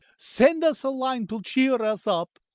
send us a line to cheer us up.